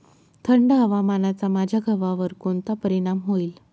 थंड हवामानाचा माझ्या गव्हावर कोणता परिणाम होईल?